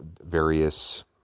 various